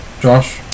Josh